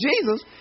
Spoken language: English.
Jesus